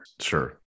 sure